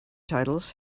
titles